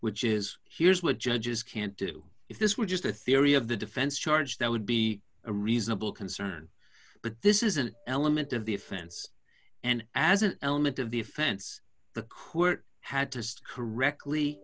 which is here's what judges can't do if this were just a theory of the defense charge that would be a reasonable concern but this is an element of the offense and as an element of the offense the court had to correctly